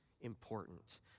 important